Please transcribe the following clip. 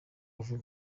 vuba